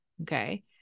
Okay